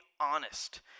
honest